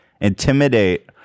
intimidate